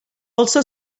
also